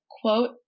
quote